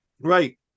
right